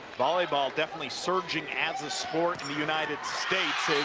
volleyball definitely surging as a sport in the united states.